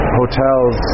hotels